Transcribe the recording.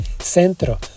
centro